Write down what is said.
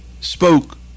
spoke